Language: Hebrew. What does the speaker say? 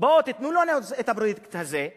בואו תיתנו לנו את הפרויקט הזה.